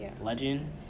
Legend